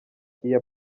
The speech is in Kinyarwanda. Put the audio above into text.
iya